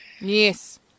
Yes